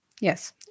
Yes